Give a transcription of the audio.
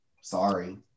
Sorry